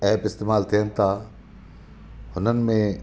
app इस्तेमालु थियनि था हुननि में